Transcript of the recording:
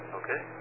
okay